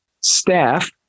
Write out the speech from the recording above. staff